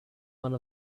one